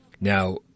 Now